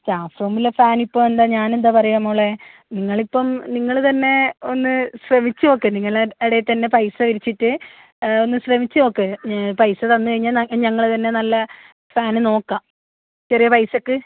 staff റൂമിലെ fan ഇപ്പോൾ എന്താ ഞാൻ എന്താ പറയുക മോളേ നിങ്ങൾ ഇപ്പം നിങ്ങൾ തന്നെ ഒന്ന് ശ്രമിച്ചു നോക്ക് നിങ്ങളെ ഇടയിൽ തന്നെ പൈസ പിരിച്ചിട്ട് ഒന്ന് ശ്രമിച്ചു നോക്ക് പൈസ തന്നു കഴിഞ്ഞാൽ ഞങ്ങൾ തന്നെ നല്ല ഫാന് നോക്കാം ചെറിയ പൈസയ്ക്ക്